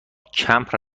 کمپ